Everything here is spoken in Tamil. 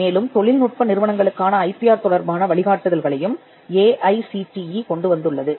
மேலும் தொழில்நுட்ப நிறுவனங்களுக்கான ஐபிஆர் தொடர்பான வழிகாட்டுதல்களையும் ஏஐசிடிஇ கொண்டுவந்துள்ளது